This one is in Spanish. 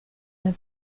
las